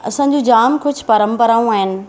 असांजी जाम कुझु परंपराऊं आहिनि